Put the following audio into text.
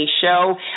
show